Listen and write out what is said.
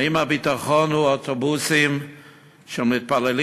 האם הביטחון הוא אוטובוסים של מתפללים